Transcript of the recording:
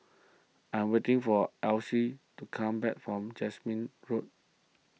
I am waiting for Alyse to come back from Jasmine Road